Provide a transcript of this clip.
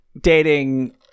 dating